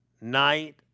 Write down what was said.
night